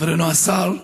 חברנו השר,